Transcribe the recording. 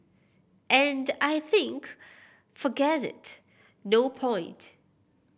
and I think forget it no point